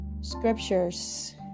scriptures